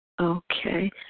Okay